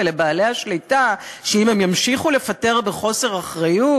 ולבעלי השליטה שאם הם ימשיכו לפטר בחוסר אחריות,